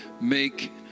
make